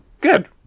good